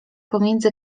pomiędzy